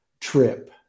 trip